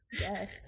Yes